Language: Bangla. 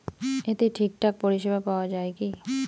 এতে ঠিকঠাক পরিষেবা পাওয়া য়ায় কি?